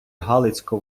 галицько